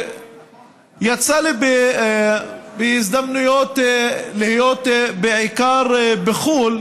יצא לי בכמה הזדמנויות להיות בחו"ל